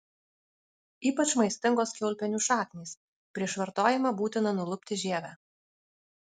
ypač maistingos kiaulpienių šaknys prieš vartojimą būtina nulupti žievę